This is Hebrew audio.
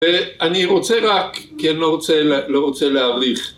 אני רוצה רק, כי אני לא רוצה להאריך.